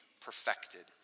perfected